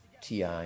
TI